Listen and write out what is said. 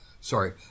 Sorry